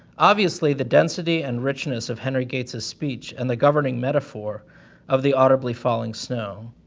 obviously, the density and richness of henry gates's speech, and the governing metaphor of the audibly falling snow.